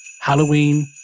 Halloween